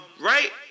right